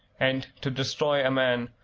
and, to destroy a man,